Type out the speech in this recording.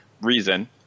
reason